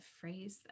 phrase